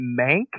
mank